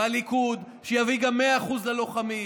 והליכוד שיביא גם 100% ללוחמים,